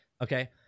Okay